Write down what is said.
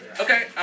Okay